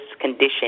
condition